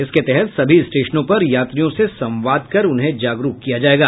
इसके तहत सभी स्टेशनों पर यात्रियों से संवाद कर उन्हें जागरूक किया जायेगा